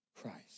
Christ